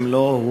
אם לא,